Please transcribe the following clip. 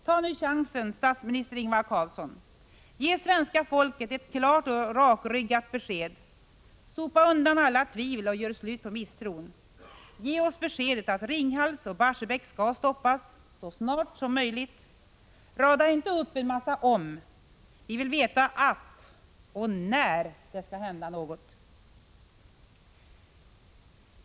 Tag nu chansen, statsminister Ingvar Carlsson! Ge svenska folket ett klart och rakryggat besked! Sopa undan alla tvivel och gör slut på misstron! Ge oss beskedet att Ringhals och Barsebäck skall stoppas så snart som möjligt! Rada inte upp en mängd om! Vi vill veta att och när det skall hända något.